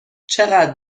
چقدر